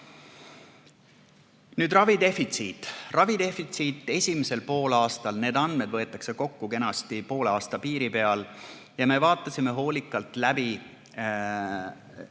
Nüüd ravidefitsiidist. Ravidefitsiit esimesel poolaastal – need andmed võetakse kokku poole aasta piiri peal ja me vaatasime haiglate